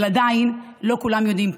אבל עדיין לא כולם יודעים פה.